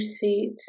seat